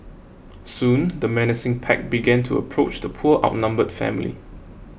soon the menacing pack began to approach the poor outnumbered family